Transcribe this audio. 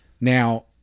Now